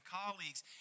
colleagues